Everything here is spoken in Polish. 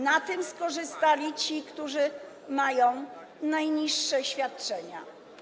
Na tym skorzystali ci, którzy mają najniższe świadczenia.